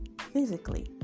Physically